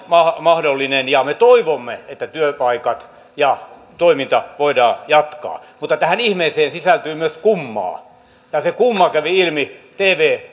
mahdollinen ja me toivomme että työpaikkoja ja toimintaa voidaan jatkaa mutta tähän ihmeeseen sisältyy myös kummaa ja se kumma kävi ilmi tv